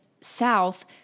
south